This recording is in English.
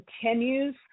continues